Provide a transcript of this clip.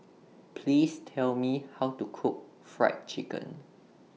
Please Tell Me How to Cook Fried Chicken